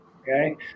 okay